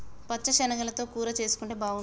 పచ్చ శనగలతో కూర చేసుంటే బాగుంటది